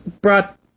brought